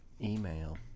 Email